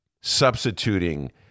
substituting